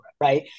right